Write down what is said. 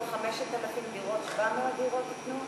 5,000 דירות 700 דירות ---?